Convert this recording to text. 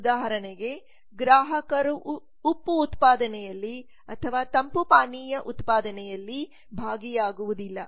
ಉದಾಹರಣೆಗೆ ಗ್ರಾಹಕರು ಉಪ್ಪು ಉತ್ಪಾದನೆಯಲ್ಲಿ ಅಥವಾ ತಂಪು ಪಾನೀಯ ಉತ್ಪಾದನೆಯಲ್ಲಿ ಭಾಗಿಯಾಗುವುದಿಲ್ಲ